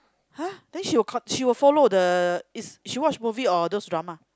!huh! then she will got she will follow the is she watch movie or those drama